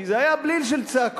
כי זה היה בליל של צעקות